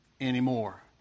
anymore